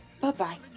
Bye-bye